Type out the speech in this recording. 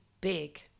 big